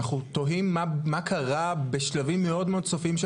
אנחנו תוהים מה קרה בשלבים סופיים מאוד